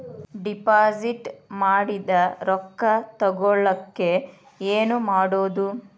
Deposit ಮಾಡಿದ ರೊಕ್ಕ ತಗೋಳಕ್ಕೆ ಏನು ಮಾಡೋದು?